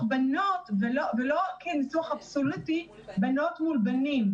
בנות ולא כניסוח אבסולוטי של בנות מול בנים.